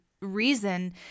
reason